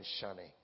shunning